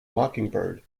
mockingbird